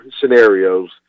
scenarios